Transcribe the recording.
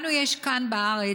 לנו יש כאן בארץ,